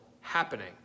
happening